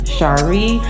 Shari